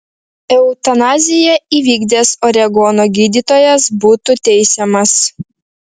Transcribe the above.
eutanaziją įvykdęs oregono gydytojas būtų teisiamas